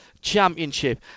championship